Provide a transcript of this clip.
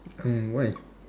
hmm why